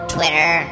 Twitter